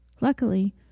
Luckily